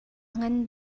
ngan